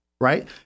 right